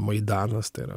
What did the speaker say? maidanas tai yra